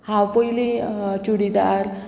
हांव पयलीं चुडीदार